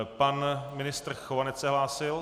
Pan ministr Chovanec se hlásil?